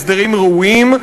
הם הסדרים ראויים,